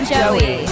Joey